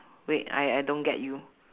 wait I I don't get you